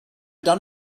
done